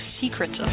secrets